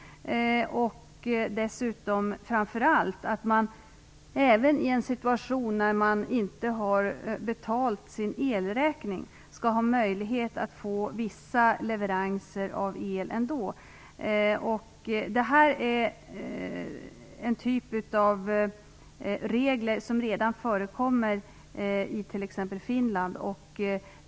Dessutom, och framförallt: Även i en situation när man inte har betalat sin elräkning skall man kunna få vissa leveranser av el. Detta är en typ av regler som redan förekommer i t.ex. Finland.